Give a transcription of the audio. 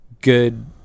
good